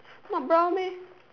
not brown meh